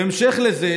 בהמשך לזה,